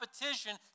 repetition